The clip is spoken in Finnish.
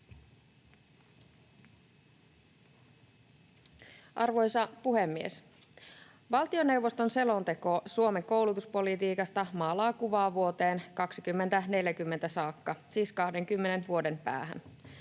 Arvoisa puhemies! Valtioneuvoston selonteko Suomen koulutuspolitiikasta maalaa kuvaa vuoteen 2040 saakka, siis 20 vuoden päähän.